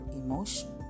emotion